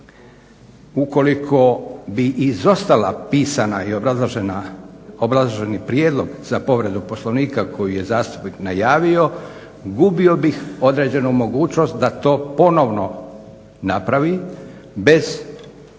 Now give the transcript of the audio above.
Ukoliko bi izostala pisana i obrazloženi prijedlog za povredu Poslovnika koju je zastupnik najavio gubio bi određenu mogućnost da to ponovno napravi bez